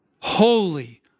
Holy